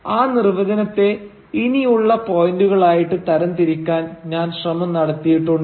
ആ നിർവചനത്തെ ഇനിയുള്ള പോയിന്റുകൾ ആയിട്ട് തരംതിരിക്കാൻ ഞാൻ ശ്രമം നടത്തിയിട്ടുണ്ട്